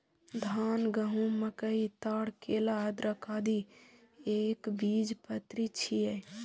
धान, गहूम, मकई, ताड़, केला, अदरक, आदि एकबीजपत्री छियै